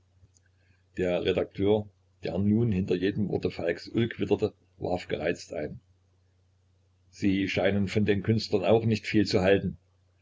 der redakteur der nun hinter jedem worte falks ulk witterte warf gereizt ein sie scheinen von den künstlern auch nicht viel zu halten